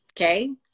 Okay